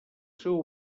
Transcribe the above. seu